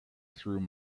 through